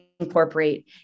incorporate